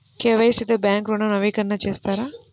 KYC తో bank ఋణం నవీకరణ చేస్తారా?